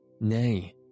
Nay